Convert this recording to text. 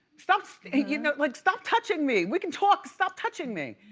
stop so you know like stop touching me! we can talk, stop touching me!